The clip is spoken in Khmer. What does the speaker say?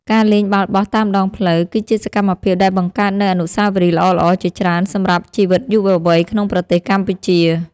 ការលេងបាល់បោះតាមដងផ្លូវ គឺជាសកម្មភាពដែលបង្កើតនូវអនុស្សាវរីយ៍ល្អៗជាច្រើនសម្រាប់ជីវិតយុវវ័យក្នុងប្រទេសកម្ពុជា។